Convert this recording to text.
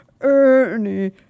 Ernie